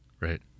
Right